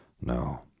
no